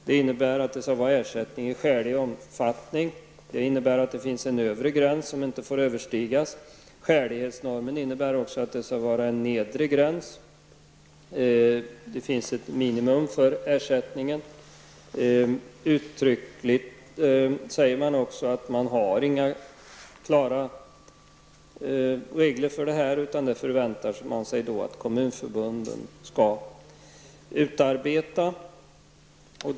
Det skall ges ersättning i skälig omfattning, och det finns en övre gräns som inte får överskridas. Skälighetsnormen innebär också att det skall vara en nedre gräns. Det finns ett minimum för ersättningen. Vidare sägs det uttryckligen att det finns inga klara regler, utan man förväntar sig att kommunförbunden skall utarbeta sådana.